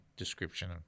description